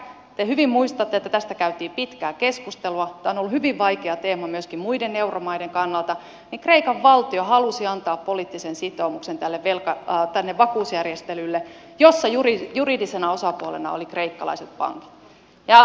te hyvin muistatte että tästä käytiin pitkää keskustelua tämä on ollut hyvin vaikea teema myöskin muiden euromaiden kannalta ja kreikan valtio halusi antaa poliittisen sitoumuksen tälle vakuusjärjestelylle jossa juridisena osapuolena olivat kreikkalaiset pankit